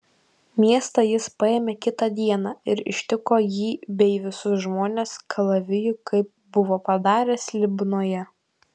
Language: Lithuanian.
miestą jis paėmė kitą dieną ir ištiko jį bei visus žmones kalaviju kaip buvo padaręs libnoje